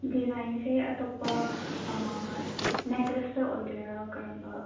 ꯗꯤꯖꯥꯏꯟꯁꯦ ꯑꯇꯣꯞꯄ ꯅꯦꯛꯀ꯭ꯂꯦꯁꯇ ꯑꯣꯏꯗꯣꯏꯔꯥ ꯀꯔꯝꯕ